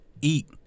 eat